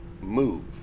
move